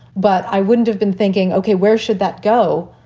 but i wouldn't have been thinking, okay, where should that go?